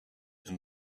and